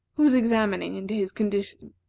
who was examining into his condition.